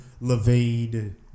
Levine